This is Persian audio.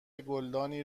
گلدانی